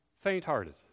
faint-hearted